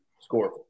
score